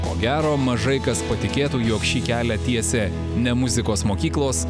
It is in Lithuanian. ko gero mažai kas patikėtų jog šį kelią tiesia ne muzikos mokyklos